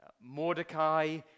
Mordecai